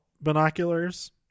binoculars